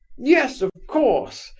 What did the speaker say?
yes, of course,